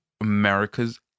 America's